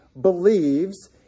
believes